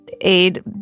aid